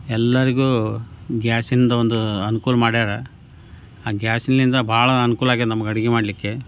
ಎಲ್ಲರಿಗೂ ಗ್ಯಾಸಿಂದ ಒಂದು ಅನುಕೂಲ ಮಾಡ್ಯಾರೆ ಆ ಗ್ಯಾಸಿಂದ ಭಾಳ ಅನುಕೂಲ ಆಗಿದ್ ನಮ್ಗೆ ಅಡ್ಗೆ ಮಾಡಲಿಕ್ಕೆ